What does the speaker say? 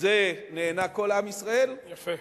מזה נהנה כל עם ישראל, יפה.